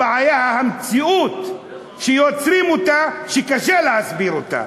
הבעיה, המציאות שיוצרים, שקשה להסביר אותה.